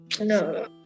no